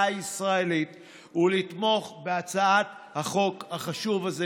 הישראלית ולתמוך בהצעת החוק החשוב הזה,